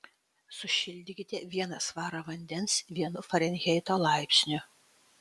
sušildykite vieną svarą vandens vienu farenheito laipsniu